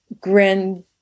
grand